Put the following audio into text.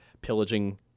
pillaging